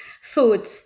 Food